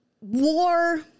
war